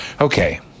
Okay